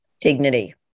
dignity